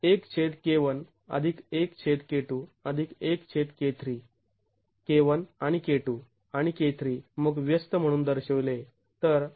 तर K 1 आणि K 2 आणि K 3 मग व्यस्त म्हणून दर्शविले जातात स्टिफनेसचा व्यस्त